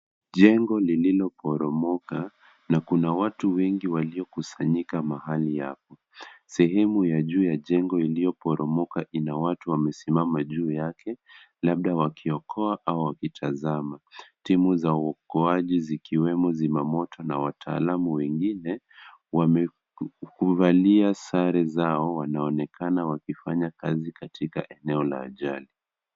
Jengo lililoporomoka na kuna watu wengi waliokusanyika mahali hapo. Sehemu ya juu ya jengo iliyoporomoka ina watu wamesimama juu yake, labda wakiokoa au wakitazama. Timu za uokoaji zikiwemo wazimamoto na wataalamu wengine, wamevalia sare zao, wanaonekana wakifanya kazi katika eneo la ajali.